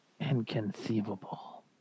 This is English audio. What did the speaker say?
Inconceivable